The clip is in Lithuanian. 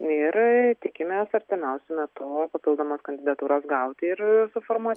ir tikimės artimiausiu metu papildomas kandidatūras gauti ir suformuot